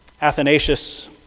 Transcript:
Athanasius